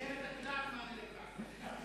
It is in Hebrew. אחרת את יודעת מה נלך לעשות.